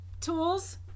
Tools